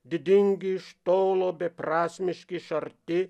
didingi iš tolo beprasmiški iš arti